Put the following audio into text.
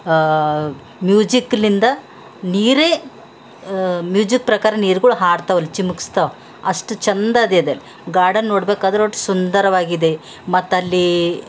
ಮ್ಯೂಜಿಕ್ನಿಂದ ನೀರೇ ಮ್ಯೂಜಿಕ್ ಪ್ರಕಾರ ನೀರ್ಗಳು ಹಾಡ್ತಾವಲ್ಲಿ ಚಿಮ್ಸ್ಕ್ತಾವ ಅಷ್ಟು ಚೆಂದದೆ ಅದು ಗಾರ್ಡನ್ ನೋಡ್ಬೇಕಾದ್ರೆ ಅಷ್ಟು ಸುಂದರವಾಗಿದೆ ಮತ್ತಲ್ಲಿ